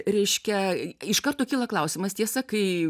reiškia iš karto kyla klausimas tiesa kai